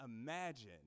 imagine